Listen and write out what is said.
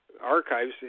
archives